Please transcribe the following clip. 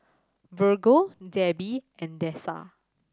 Virgle Debby and Dessa